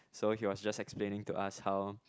so he was just explaining to us how